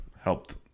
helped